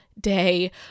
day